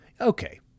Okay